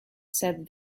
said